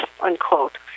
unquote